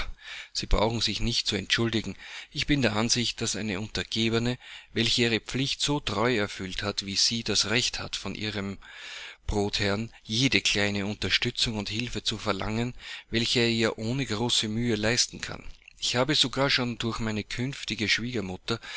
sie brauchen sich nicht zu entschuldigen ich bin der ansicht daß eine untergebene welche ihre pflicht so treu erfüllt hat wie sie das recht hat von ihrem brotherrn jede kleine unterstützung und hilfe zu verlangen welche er ihr ohne große mühe leisten kann ich habe sogar schon durch meine künftige schwiegermutter